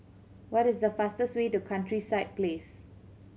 what is the fastest way to Countryside Place